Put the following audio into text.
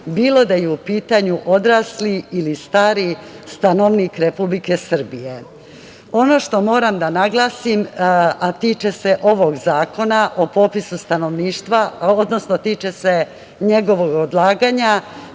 bilo da je u pitanju odrasli, ili stari stanovnik Republike Srbije. Ono što moram da naglasim, a tiče se ovog Zakona o popisu stanovništva, odnosno tiče se njegovog odlaganja,